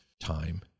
time